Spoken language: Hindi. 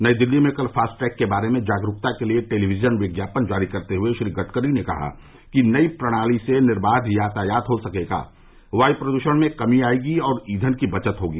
नई दिल्ली में कल फास्टैग के बारे में जागरूकता के लिए टेलीविजन विज्ञापन जारी करते हुए श्री गडकरी ने कहा कि नई प्रणाली से निर्दांध यातायात हो सकेगा वायु प्रदूषण में कमी आएगी और ईंधन की बचत होगी